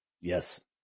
Yes